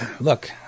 look